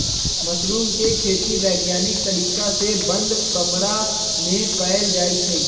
mushroom के खेती वैज्ञानिक तरीका से बंद कमरा में कएल जाई छई